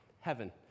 heaven